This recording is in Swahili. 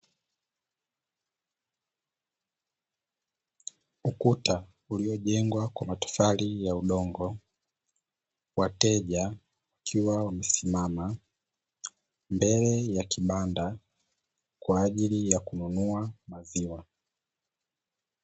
Ukuta uliojengwa kwa matofali ya udongo, wateja wakiwa wamesimama mbele, ya kibanda kwa ajili ya kununua maziwa.